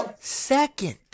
second